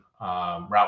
route